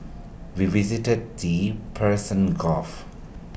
we visited the Persian gulf